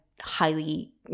highly